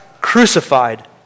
crucified